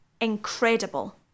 incredible